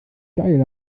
geil